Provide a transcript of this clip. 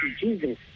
Jesus